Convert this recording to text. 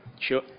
Sure